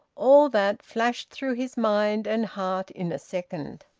all that flashed through his mind and heart in a second.